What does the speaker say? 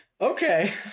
Okay